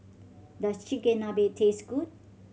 does Chigenabe taste good